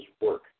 work